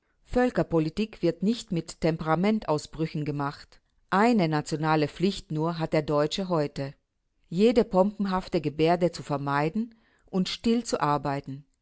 völkerpolitik wird nicht mit temperamentsausbrüchen gemacht eine nationale pflicht nur hat der deutsche heute jede pomphafte gebärde zu vermeiden und still zu arbeiten